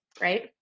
Right